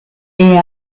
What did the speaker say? est